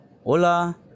Hola